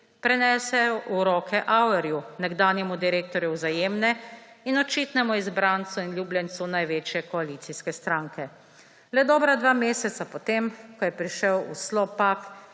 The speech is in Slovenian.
prenesel v roke Averju, nekdanjemu direktorju Vzajemne, in očitnemu izbrancu in ljubljencu največje koalicijske stranke. Le dobra dva meseca potem, ko je prišel Slopak,